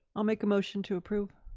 i'll make a motion to approve.